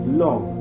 long